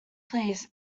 please